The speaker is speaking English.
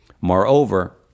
Moreover